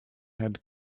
had